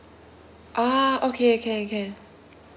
ah okay can can